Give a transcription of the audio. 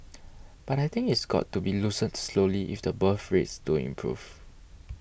but I think it's got to be loosened slowly if the birth rates don't improve